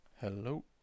Hello